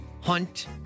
Hunt